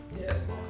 Yes